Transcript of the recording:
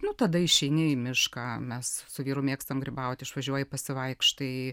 nu tada išeini į mišką mes su vyru mėgstam grybauti išvažiuoji pasivaikštai